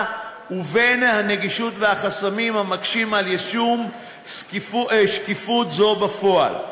ובין הנגישות והחסמים המקשים את היישום של שקיפות זו בפועל,